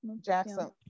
jackson